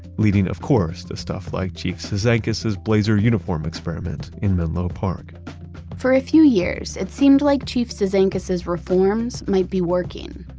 leading of course to stuff like chiefs cizanckas's blazer uniform experiment in menlo park for a few years, it seemed like chief cizanckas's reforms might be working.